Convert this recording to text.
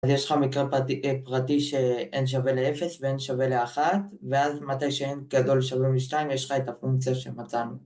אז יש לך מקרה פרטי אה... פרטי, ש-n שווה לאפס ו-n שווה לאחת, ואז מתי ש-n גדול שווה לשתיים, יש לך את הפונקציה שמצאנו